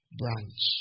branch